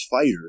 fighter